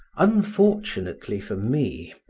unfortunately for me